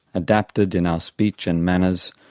adapted in our speech and manners,